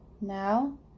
Now